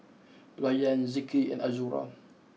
Rayyan Zikri and Azura